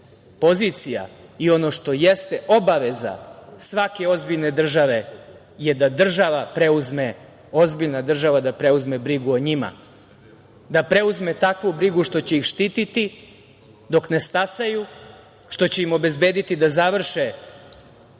pozicija i ono što jeste obaveza svake ozbiljne države je da ozbiljna država preuzme brigu o njima, da preuzme takvu brigu što će ih štititi dok ne stasaju, što će im obezbediti da završe